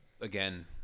again